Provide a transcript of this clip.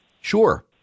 Sure